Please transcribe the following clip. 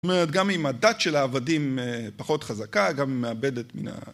זאת אומרת, גם אם הדת של העבדים פחות חזקה, גם היא מאבדת מן ה...